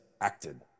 acted